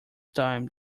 time